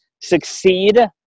succeed